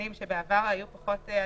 ששם בעבר היו פחות הדבקות,